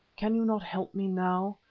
can you not help me now?